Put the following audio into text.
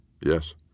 Yes